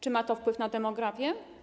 Czy ma to wpływ na demografię?